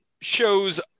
shows